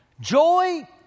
Joy